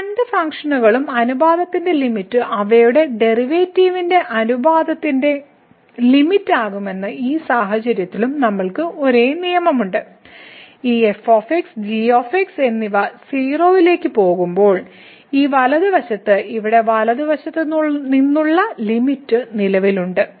ഈ രണ്ട് ഫംഗ്ഷനുകളുടെയും അനുപാതത്തിന്റെ ലിമിറ്റ് അവയുടെ ഡെറിവേറ്റീവുകളുടെ അനുപാതത്തിന്റെ ലിമിറ്റ്യാകുമെന്ന് ഈ സാഹചര്യത്തിലും നമ്മൾക്ക് ഒരേ നിയമമുണ്ട് ഈ f g എന്നിവ 0 ലേക്ക് പോകുമ്പോൾ ഈ വലതുവശത്ത് ഇവിടെ വലതുവശത്തുള്ള ലിമിറ്റ് നിലവിലുണ്ട്